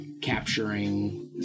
capturing